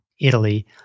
Italy